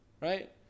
Right